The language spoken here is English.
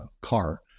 car